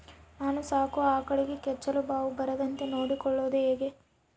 ನಾನು ಸಾಕೋ ಆಕಳಿಗೆ ಕೆಚ್ಚಲುಬಾವು ಬರದಂತೆ ನೊಡ್ಕೊಳೋದು ಹೇಗೆ?